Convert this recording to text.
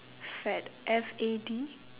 fad F A D